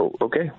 Okay